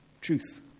truth